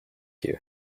you